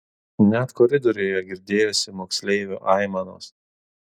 net koridoriuje girdėjosi moksleivio aimanos